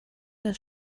das